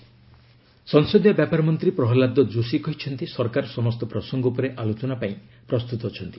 ଗଭ୍ discussion ସଂସଦୀୟ ବ୍ୟାପାର ମନ୍ତ୍ରୀ ପ୍ରହଲ୍ଲାଦ ଯୋଶୀ କହିଛନ୍ତି ସରକାର ସମସ୍ତ ପ୍ରସଙ୍ଗ ଉପରେ ଆଲୋଚନା ପାଇଁ ପ୍ରସ୍ତୁତ ଅଛନ୍ତି